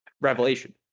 revelation